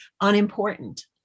unimportant